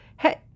hey